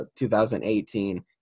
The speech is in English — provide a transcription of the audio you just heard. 2018